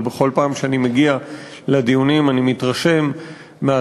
אבל בכל פעם שאני מגיע לדיונים אני מתרשם מהרצינות,